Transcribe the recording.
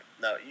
No